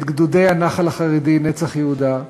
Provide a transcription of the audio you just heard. את גדודי הנח"ל החרדי "נצח יהודה",